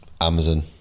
Amazon